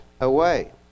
away